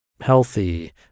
healthy